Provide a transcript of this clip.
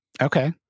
Okay